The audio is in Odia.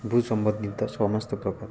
ଭୁସମ୍ବତବିତ ସମସ୍ତ ପ୍ରକାର